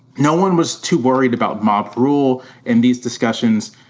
no one was too worried about mob rule in these discussions.